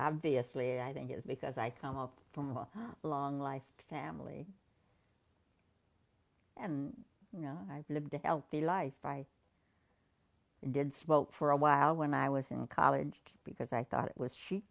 obviously i think is because i come up from a long life family and you know i've lived a healthy life by did smoke for a while when i was in college because i thought it was she